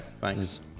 thanks